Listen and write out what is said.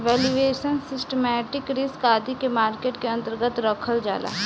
valuation, systematic risk आदि के market के अन्तर्गत रखल जाला